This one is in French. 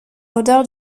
l’odeur